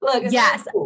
yes